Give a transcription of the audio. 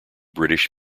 british